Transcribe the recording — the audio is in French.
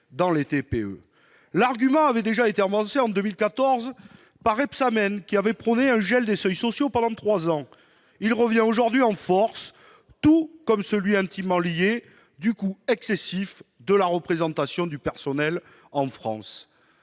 l'embauche ! L'argument, déjà avancé en 2014 par François Rebsamen, lequel avait prôné un gel des seuils sociaux pendant trois ans, revient aujourd'hui en force, tout comme celui, intimement lié, du coût excessif de la représentation du personnel en France.